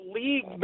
league